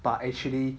but actually